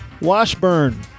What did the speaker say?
Washburn